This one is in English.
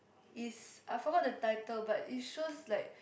is I forgot the title but is shows like